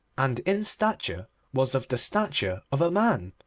and in stature was of the stature of a man.